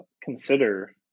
consider